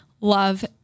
love